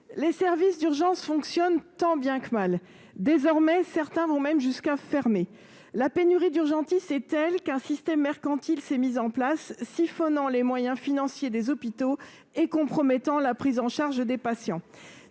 les services d'urgence fonctionnent tant bien que mal, mais certains sont tout de même amenés à fermer. La pénurie d'urgentistes est telle qu'un système mercantile s'est mis en place, siphonnant les moyens financiers des hôpitaux et compromettant la prise en charge des patients.